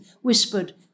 whispered